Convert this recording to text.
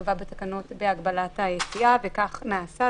שייקבע בתקנות בהגבלת היציאה, וכך נעשה.